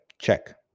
Check